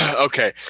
Okay